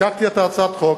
לקחתי את הצעת החוק,